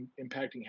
impacting